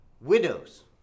widows